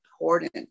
important